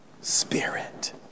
spirit